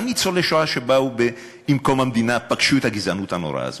גם ניצולי השואה שבאו עם קום המדינה פגשו את הגזענות הנוראה הזאת,